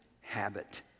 habit